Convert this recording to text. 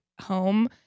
home